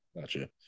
Gotcha